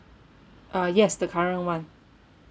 uh yes the current [one]